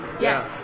Yes